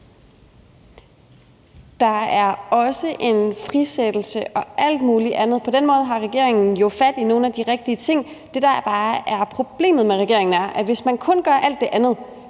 Der er også en frisættelse og alt muligt andet. På den måde har regeringen jo fat i nogle af de rigtige ting. Det, der jo bare er problemet, er, at det, hvis man kun gør alt det andet,